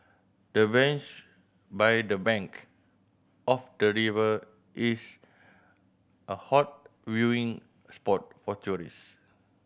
the bench by the bank of the river is a hot viewing spot for tourist